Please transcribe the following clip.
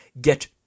get